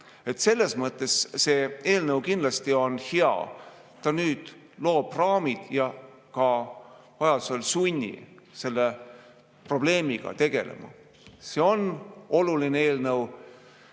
Selles mõttes on see eelnõu kindlasti hea. Ta loob raamid ja vajadusel sunnib selle probleemiga tegelema. See on oluline eelnõu